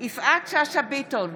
יפעת שאשא ביטון,